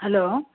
hello